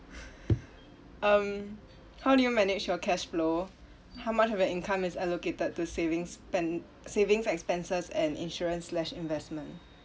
um how do you manage your cash flow how much of your income is allocated to savings sp~ savings expenses and insurance slash investment